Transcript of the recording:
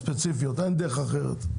הספציפיות, אין דרך אחרת.